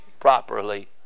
properly